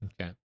Okay